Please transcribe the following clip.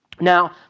Now